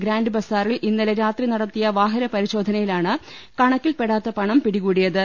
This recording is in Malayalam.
ഗ്രാന്റ് ബസാറിൽ ഇന്നലെ രാത്രി നടത്തിയ വാഹനപ രിശോധനയിലാണ് കണക്കിൽപ്പെടാത്ത പണം പിടികൂടിയത്